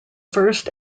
first